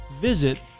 visit